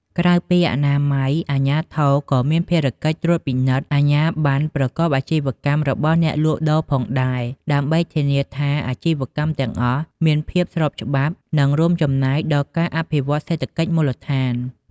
ក្រៅពីអនាម័យ អាជ្ញាធរក៏មានភារកិច្ចត្រួតពិនិត្យអាជ្ញាប័ណ្ណប្រកបអាជីវកម្មរបស់អ្នកលក់ដូរផងដែរ ដើម្បីធានាថាអាជីវកម្មទាំងអស់មានភាពស្របច្បាប់ និងរួមចំណែកដល់ការអភិវឌ្ឍសេដ្ឋកិច្ចមូលដ្ឋាន។